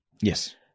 Yes